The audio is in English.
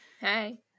Hey